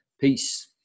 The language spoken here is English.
Peace